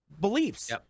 beliefs